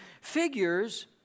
figures